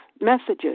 messages